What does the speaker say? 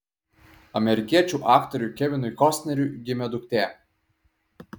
amerikiečių aktoriui kevinui kostneriui gimė duktė